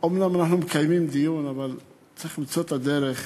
אומנם אנחנו מקיימים דיון, אבל צריך למצוא את הדרך